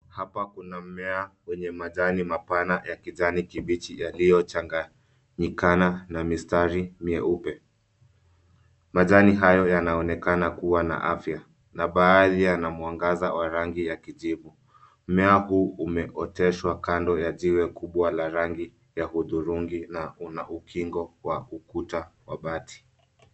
Hapa kuna mmea wenye majani mapana ya kijani kibichi yaliyochanganyikana na mistari meupe. Majani hayo yanaonekana kuwa na afya na baadhi yana mwangaza wa rangi ya kijivu. Mmea huu umeoteshwa kando ya jiwe kubwa la rangi ya hudhurungi na una ukingo wa ukuta wa bati.